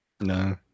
No